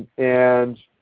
and